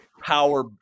power